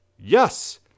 yes